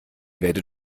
werdet